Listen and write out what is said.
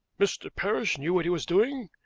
mr. parrish knew what he was doing,